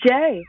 Jay